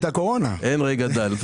אין רגע דל.